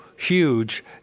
Huge